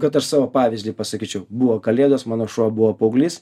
kad aš savo pavyzdį pasakyčiau buvo kalėdos mano šuo buvo paauglys